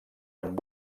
amb